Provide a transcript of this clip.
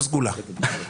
עם סגולה.